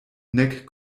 nek